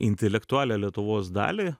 intelektualią lietuvos dalį